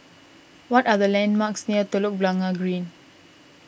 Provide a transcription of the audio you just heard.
what are the landmarks near Telok Blangah Green